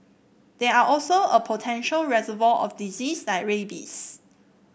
they are also a potential reservoir of disease like rabies